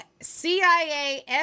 CIA